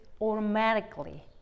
automatically